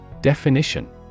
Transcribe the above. Definition